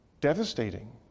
devastating